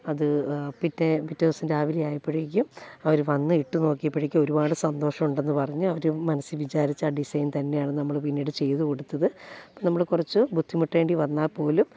അത് പിറ്റേ പിറ്റേദിവസം രാവിലെ ആയപ്പോഴേക്കും അവർ വന്ന് ഇട്ടു നോക്കിയപ്പോഴേക്കും ഒരുപാട് സന്തോഷമുണ്ടെന്നു പറഞ്ഞു അവർ മനസ്സിൽ വിചാരിച്ച ഡിസൈൻ തന്നെയാണ് നമ്മൾ പിന്നീട് ചെയ്തുകൊടുത്തത് അപ്പം നമ്മൾ കുറച്ച് ബുദ്ധിമുട്ടേണ്ടി വന്നാൽ പോലും